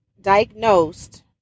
diagnosed